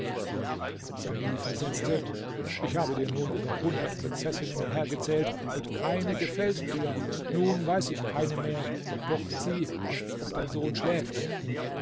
salih versetzte ich habe dir nun über hundert prinzessinnen hergezählt und keine gefällt dir nun weiß ich keine mehr doch sieh ob dein sohn schläft